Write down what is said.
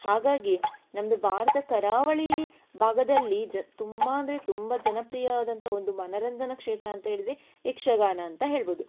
ಹಾಗಾಗಿ ನಮ್ಮದು ಭಾರತ ಕರಾವಳಿ ಭಾಗದಲ್ಲಿ ಜ ತುಂಬ ಅಂದರೆ ತುಂಬ ಜನಪ್ರಿಯವಾದಂಥ ಒಂದು ಮನೋರಂಜನ ಕ್ಷೇತ್ರ ಅಂತ ಹೇಳಿದರೆ ಯಕ್ಷಗಾನ ಅಂತ ಹೇಳಬಹುದು